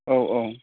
औ औ